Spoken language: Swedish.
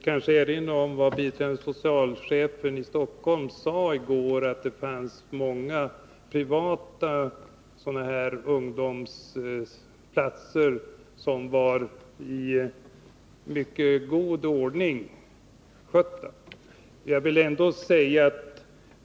Herr talman! Biträdande socialchefen i Stockholm sade i går att det finns många privata ungdomslokaler som sköts bra och där det är god ordning.